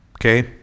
okay